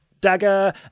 dagger